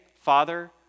Father